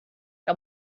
que